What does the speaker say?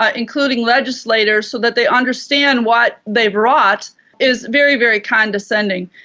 ah including legislators, so that they understand what they've wrought is very, very condescending.